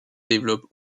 développe